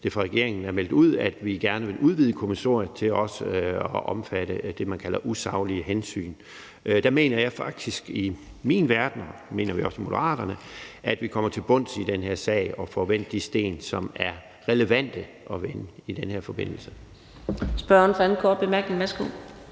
det fra regeringen er meldt ud, at vi gerne vil udvide kommissoriet til også at omfatte det, man kalder usaglige hensyn. Set med mine øjne mener jeg faktisk – og det mener vi også i Moderaterne – at vi kommer til bunds i den her sag og får vendt de sten, som er relevante at vende i den her forbindelse. Kl. 17:53 Fjerde næstformand